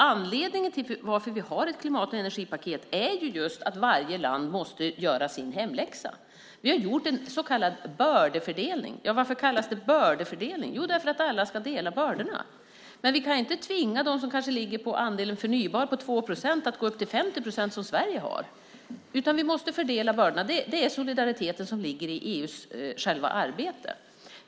Anledningen till att vi har ett klimat och energipaket är just att varje land måste göra sin hemläxa. Vi har gjort en så kallad bördefördelning. Varför kallas det bördefördelning? Jo, för att alla ska dela bördorna. Men vi kan inte tvinga dem som ligger på en 2-procentig andel förnybar energi att gå upp till 50 procent som Sverige har, utan vi måste fördela bördorna. Det är solidariteten i EU:s själva arbete.